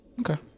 Okay